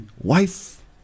wife